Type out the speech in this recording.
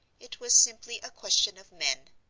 it was simply a question of men,